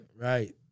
right